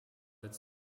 its